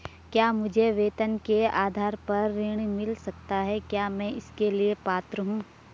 क्या मुझे वेतन के आधार पर ऋण मिल सकता है क्या मैं इसके लिए पात्र हूँ?